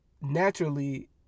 naturally